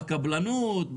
בקבלנות,